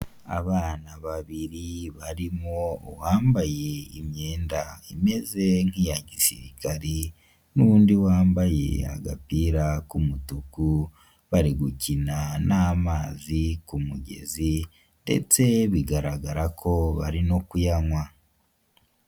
Abana babiri barimo uwambaye imyenda imeze nk'iya gisirikari ,n'undi wambaye agapira k'umutuku, bari gukina n'amazi ku mugezi ndetse bigaragara ko bari no kuyanywa.